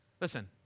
Listen